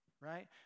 right